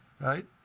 right